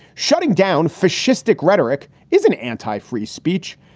shutting down fascistic rhetoric is an anti free speech.